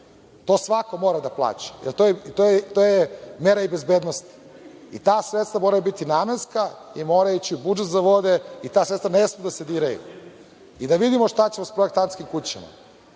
To svako mora da plaća, jer to je mera bezbednosti i ta sredstva moraju biti namenska i mora ići budžet za vode i ta sredstva ne smeju da se diraju. I da vidimo šta ćemo sa projektantskim kućama. Moje